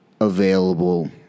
available